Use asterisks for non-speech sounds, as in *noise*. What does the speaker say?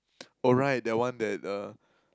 *noise* oh right that one that uh